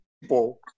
people